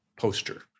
poster